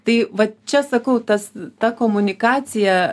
tai va čia sakau tas ta komunikacija